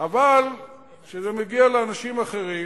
אבל כשזה מגיע לאנשים אחרים,